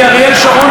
אריאל שרון,